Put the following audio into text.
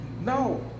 No